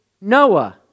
Noah